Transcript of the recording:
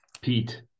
Pete